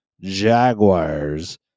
Jaguars